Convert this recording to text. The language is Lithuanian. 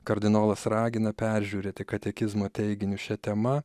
kardinolas ragina peržiūrėti katekizmo teiginius šia tema